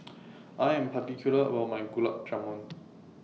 I Am particular about My Gulab Jamun